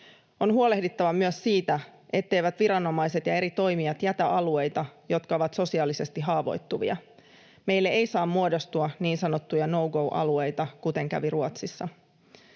On huolehdittava myös siitä, etteivät viranomaiset ja eri toimijat jätä alueita, jotka ovat sosiaalisesti haavoittuvia. Meille ei saa muodostua niin sanottuja no-go‑alueita, kuten kävi Ruotsissa.